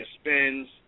spins